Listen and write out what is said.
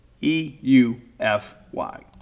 e-u-f-y